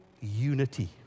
unity